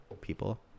people